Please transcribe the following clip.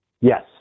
Yes